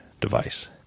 device